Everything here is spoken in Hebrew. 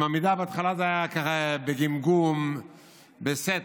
היא מעמידה, בהתחלה זה היה ככה בגמגום, בסתר,